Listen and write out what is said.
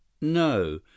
No